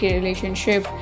relationship